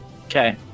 Okay